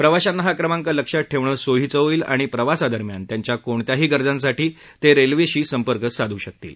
प्रवाशांना हा क्रमांक लक्षात ठेवणं सोयीचं होईल आणि प्रवासादरम्यान त्यांच्या कोणत्याही गरजांसाठी ते रेल्वेशी संपर्क साधू शकतील